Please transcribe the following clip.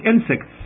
insects